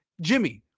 Jimmy